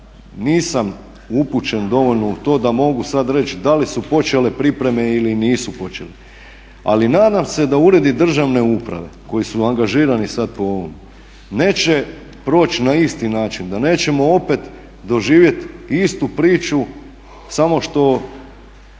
nisam upućen dovoljno u to da mogu sad reći da li su počele pripreme ili nisu počele, ali nadam se da uredi državne uprave koji su angažirani sad po ovom neće proći na isti način, da nećemo opet doživjeti istu priču samo što